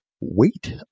wait